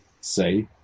say